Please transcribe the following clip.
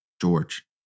George